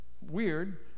Weird